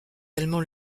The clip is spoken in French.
également